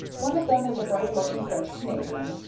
one of them was a bright-looking french canadian,